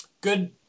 Good